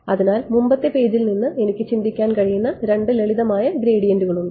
അതിനാൽ മുമ്പത്തെ പേജിൽ നിന്ന് എനിക്ക് ചിന്തിക്കാൻ കഴിയുന്ന രണ്ട് ലളിതമായ ഗ്രേഡിയന്റുകളുണ്ട്